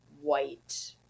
white